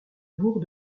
bourg